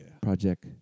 Project